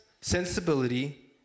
sensibility